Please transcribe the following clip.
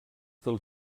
dels